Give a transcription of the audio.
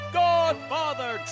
godfather